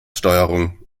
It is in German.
steuerung